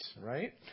right